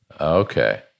Okay